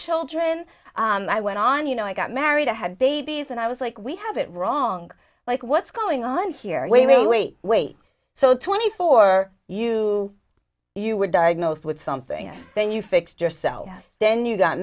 children i went on you know i got married i had been these and i was like we have it wrong like what's going on here way way wait wait so twenty for you you were diagnosed with something and then you fixed yourself then you got